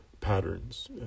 patterns